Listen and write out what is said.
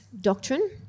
doctrine